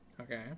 Okay